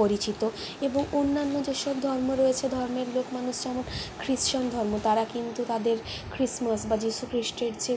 পরিচিত এবং অন্যান্য যেসব ধর্ম রয়েছে ধর্মের লোক মানুষ যারা খ্রিস্টান ধর্ম তারা কিন্তু তাদের খ্রিস্টমাস বা যীশু খ্রিস্টের যে